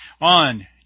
on